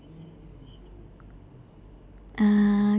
uh